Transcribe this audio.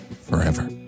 forever